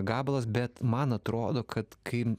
gabalas bet man atrodo kad kai